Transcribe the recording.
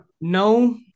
no